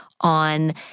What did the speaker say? on